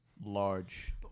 Large